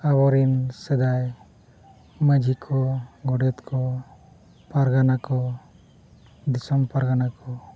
ᱟᱵᱚᱨᱮᱱ ᱥᱮᱫᱟᱭ ᱢᱟᱺᱡᱷᱤ ᱠᱚ ᱜᱳᱰᱮᱛ ᱠᱚ ᱯᱟᱨᱜᱟᱱᱟ ᱠᱚ ᱫᱤᱥᱚᱢ ᱯᱟᱨᱜᱟᱱᱟ ᱠᱚ